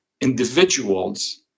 individuals